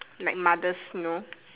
like mothers you know